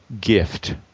gift